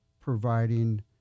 providing